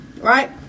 right